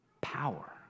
Power